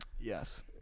Yes